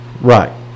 Right